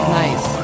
nice